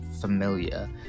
familiar